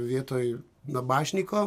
vietoj nabašnyko